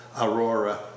Aurora